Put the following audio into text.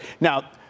Now